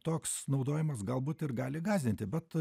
toks naudojimas galbūt ir gali gąsdinti bet